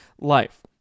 life